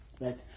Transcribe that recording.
Right